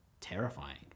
terrifying